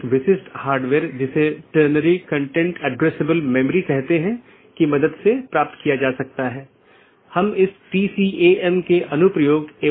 और जैसा कि हम समझते हैं कि नीति हो सकती है क्योंकि ये सभी पाथ वेक्टर हैं इसलिए मैं नीति को परिभाषित कर सकता हूं कि कौन पारगमन कि तरह काम करे